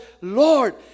Lord